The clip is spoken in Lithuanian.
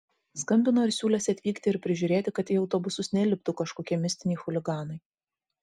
skambino ir siūlėsi atvykti ir prižiūrėti kad į autobusus neliptų kažkokie mistiniai chuliganai